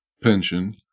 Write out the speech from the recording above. pension